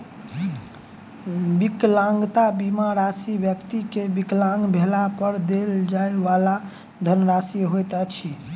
विकलांगता बीमा राशि व्यक्ति के विकलांग भेला पर देल जाइ वाला धनराशि होइत अछि